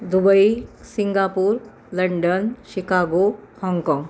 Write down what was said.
Dubai Singapore London Chicago Hong Kong